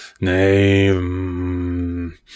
Name